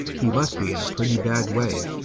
he must be in a pretty bad way.